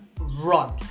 run